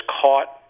caught